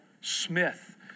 Smith